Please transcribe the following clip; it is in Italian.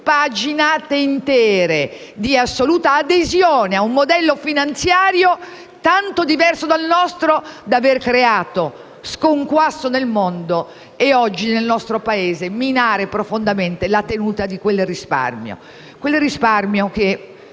pagine di assoluta adesione a un modello finanziario tanto diverso dal nostro da aver creato sconquasso nel mondo e oggi nel nostro Paese aver minato profondamente la tenuta di quel risparmio